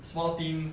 small team